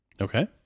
okay